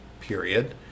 period